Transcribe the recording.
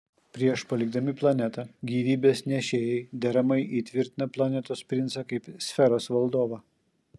prieš palikdami planetą gyvybės nešėjai deramai įtvirtina planetos princą kaip sferos valdovą